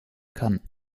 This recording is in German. kann